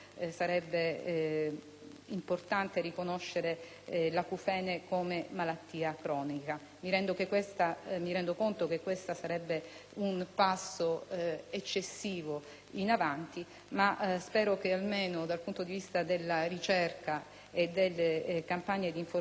importante riconoscere l'acufene come malattia cronica; mi rendo conto che sarebbe forse un passo in avanti eccessivo, ma spero che almeno dal punto di vista della ricerca e delle campagne di informazione e prevenzione sia fatto